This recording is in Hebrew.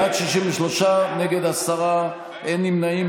בעד, 63, נגד, עשרה, אין נמנעים.